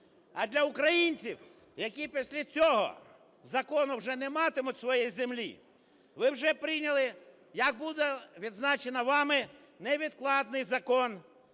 А для українців, які після цього закону вже не матимуть своєї землі, ви вже прийняли, як буде відзначено вами, невідкладний Закон